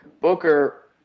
booker